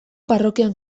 parrokian